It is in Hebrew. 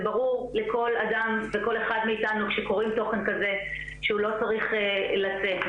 זה ברור לכל אדם וכל אחד מאיתנו כשקוראים תוכן כזה שהוא לא צריך לצאת,